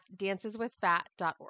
danceswithfat.org